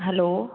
hello